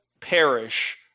perish